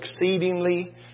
exceedingly